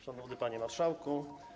Szanowny Panie Marszałku!